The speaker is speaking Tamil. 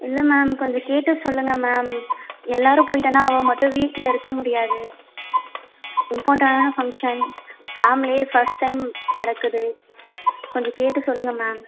இல்லை மேம் கொஞ்சம் கேட்டு சொல்லுங்கள் மேம் எல்லோரும் போய்விட்டோன்னா அவள் மட்டும் வீட்டில் இருக்க முடியாது இம்பார்ட்டனான ஃபங்க்ஷன் ஃபேமிலியே ஃபஸ்ட் டைம் நடக்குது கொஞ்சம் கேட்டு சொல்லுங்கள் மேம்